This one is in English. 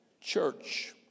church